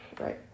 Right